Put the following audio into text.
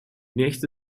nächste